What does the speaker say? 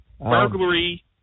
burglary